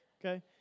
Okay